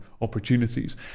opportunities